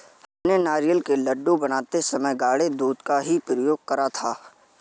हमने नारियल के लड्डू बनाते समय गाढ़े दूध का ही प्रयोग करा था